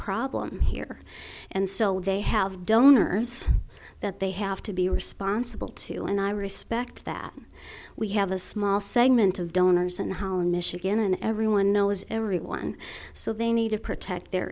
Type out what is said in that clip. problem here and so they have donors that they have to be responsible to and i respect that we have a small segment of donors in holland michigan and everyone knows everyone so they need to protect their